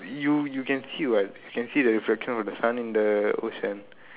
you you can see what you can see the reflection of the sun in the ocean